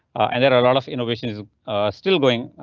and there are a lot of innovations still going.